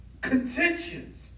contentions